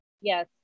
yes